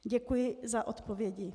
Děkuji za odpovědi.